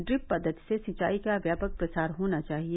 drip पद्वति से सिंचाई का व्यापक प्रसार होना चाहिए